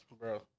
Bro